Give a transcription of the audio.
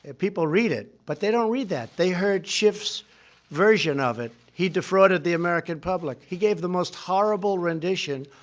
and people read it, but they don't read that. they heard schiff's version of it. he defrauded the american public. he gave the most horrible rendition,